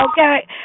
Okay